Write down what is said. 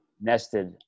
nested